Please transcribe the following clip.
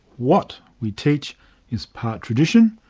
what we teach is part tradition,